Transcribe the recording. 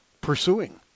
pursuing